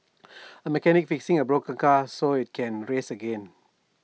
A mechanic fixing A broken car so IT can race again